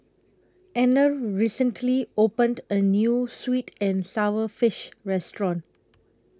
Anner recently opened A New Sweet and Sour Fish Restaurant